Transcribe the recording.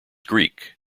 greek